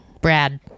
Brad